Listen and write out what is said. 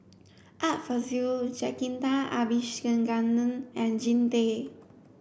Art Fazil Jacintha Abisheganaden and Jean Tay